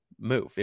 move